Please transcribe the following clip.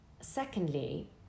secondly